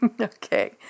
Okay